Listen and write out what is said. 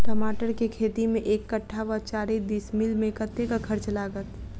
टमाटर केँ खेती मे एक कट्ठा वा चारि डीसमील मे कतेक खर्च लागत?